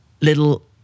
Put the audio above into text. little